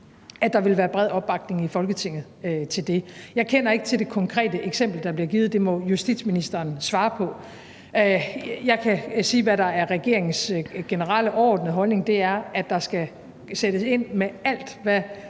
jeg der vil være bred opbakning i Folketinget til det. Jeg kender ikke til det konkrete eksempel, der blev givet. Det må justitsministeren svare på. Jeg kan sige, hvad der er regeringens generelle, overordnede holdning. Det er, at der skal sættes ind med alt, hvad